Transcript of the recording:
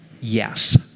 Yes